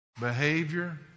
behavior